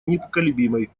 непоколебимой